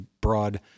broad